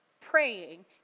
praying